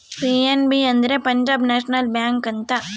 PNB ಅಂದ್ರೆ Punjab national bank ಅಂತ